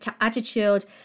attitude